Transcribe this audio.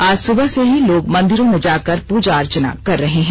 आज सुबह से ही लोग मंदिरों में जाकर पूजा अर्चना कर रहे हैं